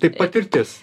tai patirtis